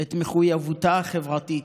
את מחויבותה החברתית.